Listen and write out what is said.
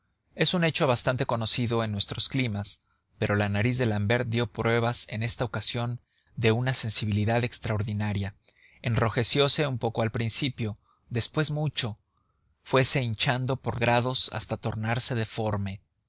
es un hecho bastante conocido en nuestros climas pero la nariz de l'ambert dio pruebas en esta ocasión de una sensibilidad extraordinaria enrojeciose un poco al principio después mucho fuese hinchando por grados hasta tornarse deforme